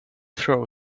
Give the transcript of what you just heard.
throw